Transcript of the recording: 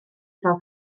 fel